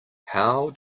how